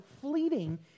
fleeting